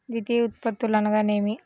ద్వితీయ ఉత్పత్తులు అనగా నేమి?